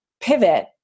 pivot